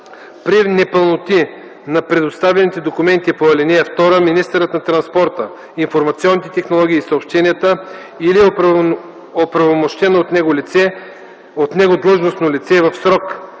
При непълноти на предоставените документи по ал. 2 министърът на транспорта, информационните технологии и съобщенията или оправомощено от него длъжностно лице в